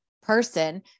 person